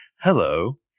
Hello